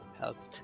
help